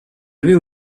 avait